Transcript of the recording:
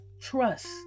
Trust